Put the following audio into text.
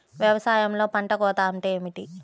వ్యవసాయంలో పంట కోత అంటే ఏమిటి?